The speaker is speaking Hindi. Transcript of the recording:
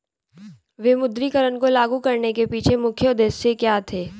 विमुद्रीकरण को लागू करने के पीछे मुख्य उद्देश्य क्या थे?